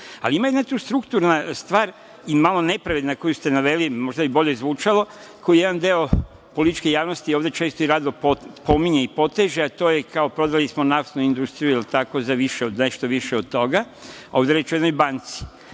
Ima jedna tu strukturna stvar i malo nepravedna koju ste naveli, možda bi bolje zvučalo, koju jedan deo političke javnosti ovde često i rado pominje i poteže, a to je, kao, prodali smo Naftnu industriju, jel tako, za više, nešto više od toga. Ovde je reč o jednoj banci.